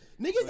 Niggas